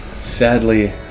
sadly